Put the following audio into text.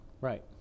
Right